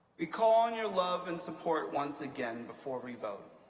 we call on your love and support once again before we vote.